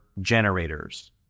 generators